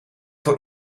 door